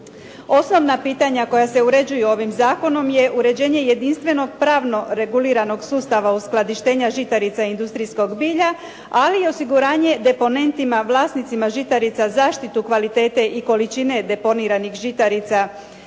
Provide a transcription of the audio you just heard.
Osnovna pitanja koja se uređuju ovim zakonom je uređenje jedinstvenog pravno reguliranog sustava uskladištenja žitarica i industrijskog bilja, ali i osiguranje deponentima, vlasnicima žitarica zaštitu kvalitete i količine deponiranih žitarica